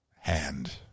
hand